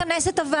זה לא בסדר.